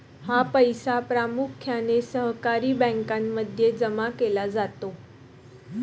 हा पैसा प्रामुख्याने सहकारी बँकांमध्ये जमा केला जातो